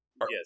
Yes